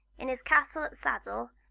in his castle at saddell,